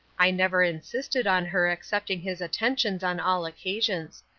i never insisted on her accepting his attentions on all occasions.